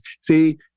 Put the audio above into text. See